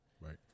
Right